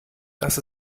das